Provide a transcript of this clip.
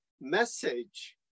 message